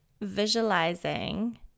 visualizing